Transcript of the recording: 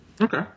Okay